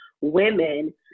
women